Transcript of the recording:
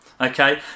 okay